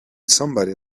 somebody